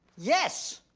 yes,